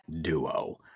duo